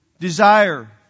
desire